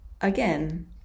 Again